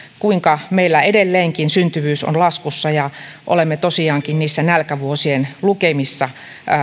kuinka meillä edelleenkin syntyvyys on laskussa ja olemme tosiaankin niissä nälkävuosien lukemissa